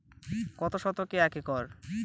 কত শতকে এক একর?